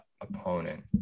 opponent